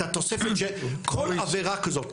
את התוספת של כל עבירה כזאת,